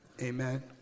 Amen